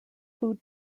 food